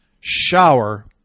shower